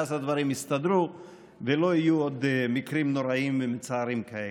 ואז הדברים יסתדרו ולא יהיו עוד מקרים נוראיים ומצערים כאלה.